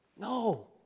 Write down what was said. No